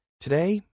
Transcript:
Today